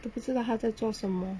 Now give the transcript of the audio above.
都不知道他在做什么